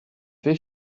fait